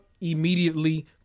immediately